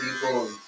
people